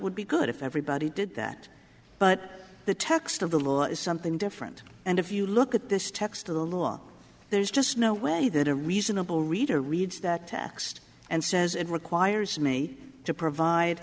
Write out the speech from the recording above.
would be good if everybody did that but the text of the law is something different and if you look at this text of the law there's just no way that a reasonable reader reads that text and says it requires me to provide